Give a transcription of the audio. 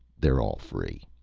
they're all free.